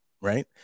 right